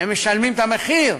הם משלמים את המחיר.